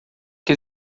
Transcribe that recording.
que